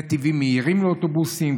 נתיבים מהירים לאוטובוסים,